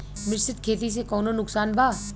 मिश्रित खेती से कौनो नुकसान बा?